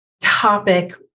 topic